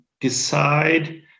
decide